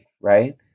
Right